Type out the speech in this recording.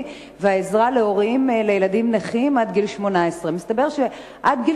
והעזרה להורים לילדים נכים עד גיל 18. מסתבר שעד גיל